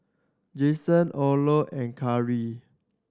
Jason Orlo and Kari